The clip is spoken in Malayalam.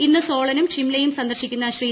ഇന്ന് സോളനും ഷിംലയും സന്ദർശിക്കുന്ന ശ്രീ